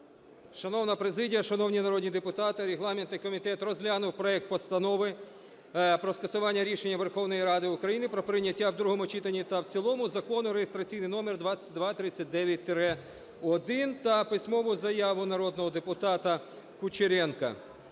Шановна президія, шановні народні депутати! Регламентний комітет розглянув проект Постанови про скасування рішення Верховної Ради України про прийняття в другому читанні та в цілому Закону реєстраційний номер 2239-1 та письмову заяву народного депутата Кучеренка.